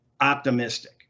optimistic